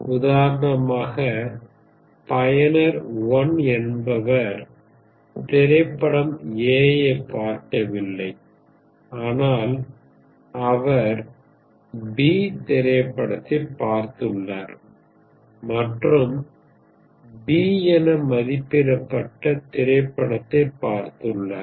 உதாரணமாக பயனர் 1 என்பவர் திரைப்படம் A ஐப் பார்க்கவில்லை ஆனால் அவர் B திரைப்படத்தைப் பார்த்துள்ளார் மற்றும் B என மதிப்பிடப்பட்ட திரைப்படத்தைப் பார்த்துள்ளார்